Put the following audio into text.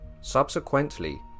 Subsequently